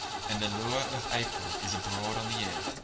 and the lure of april is abroad on the air.